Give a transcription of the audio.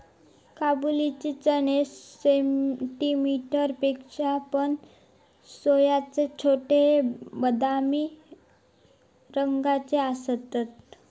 काबुली चणे सेंटीमीटर पेक्षा पण व्यासाचे छोटे, बदामी रंगाचे असतत